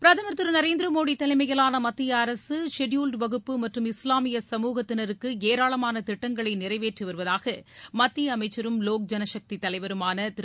பிரதமர் நரேந்திர மோடி தலைமையிலான மத்திய அரசு ஷெட்யூல்டு வகுப்பு மற்றும் இஸ்வாமிய சமூகத்தினருக்கு ஏராளமான திட்டங்களை நிறைவேற்றி வருவதாக மத்திய அமைச்சரும் லோக் ஜனசக்தி தலைவருமான திரு